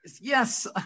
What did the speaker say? Yes